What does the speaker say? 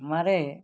हमारे